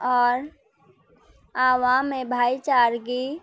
اور عوامی بھائی چارگی